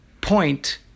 point